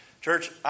Church